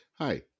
Hi